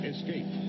Escape